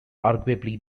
arguably